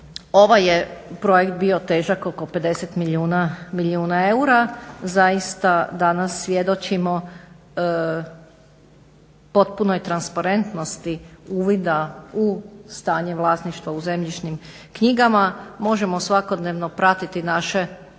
ovaj je projekt bio težak oko 50 milijuna eura. Zaista danas svjedočimo potpunoj transparentnosti uvida u stanje vlasništva u zemljišnim knjigama. Možemo svakodnevno pratiti naše